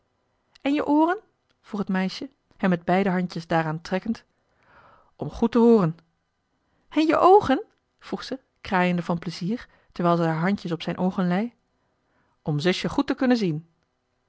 en je ooren vroeg het meisje hem met beide handjes daaraan trekkend om goed te hooren en je oogen vroeg ze kraaiende van plezier terwijl ze haar handjes op zijn oogen lei om zusje goed te kunnen zien